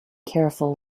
careful